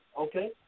Okay